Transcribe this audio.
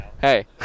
hey